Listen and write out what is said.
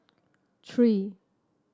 three